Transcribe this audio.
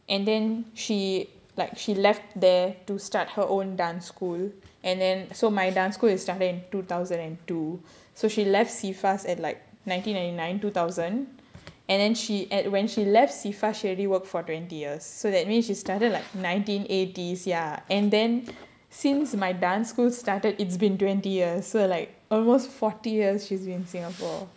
and then she like she left there to start her own dance school and then so my dance school is starting in two thousand and two so she left S_I_F_A_A at like nineteen ninety nine two thousand and then she at when she left S_I_F_A_A she already worked for twenty years so that means she started like nineteen eighties ya and then since my dance school started it's been twenty years so like almost forty years she's been in singapore